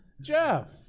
jeff